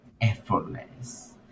effortless